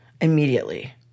immediately